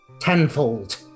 tenfold